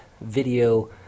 video